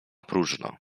próżno